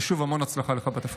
ושוב המון הצלחה לך בתפקיד.